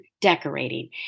decorating